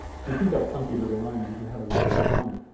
if you think up funky little names you can have a little bit of fun.